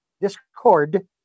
discord